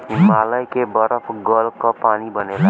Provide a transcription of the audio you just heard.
हिमालय के बरफ गल क पानी बनेला